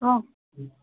অঁ